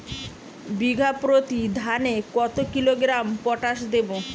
বিঘাপ্রতি ধানে কত কিলোগ্রাম পটাশ দেবো?